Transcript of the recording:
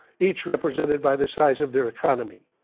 each represented by the size of their economy.